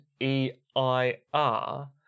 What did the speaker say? EIR